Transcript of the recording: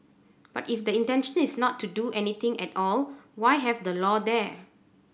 but if the intention is not to do anything at all why have the law there